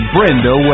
Brenda